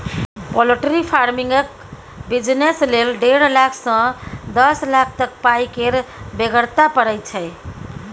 poultry फार्मिंगक business लेल डेढ़ लाख सँ दस लाख तक पाइ केर बेगरता परय छै